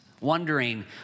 wondering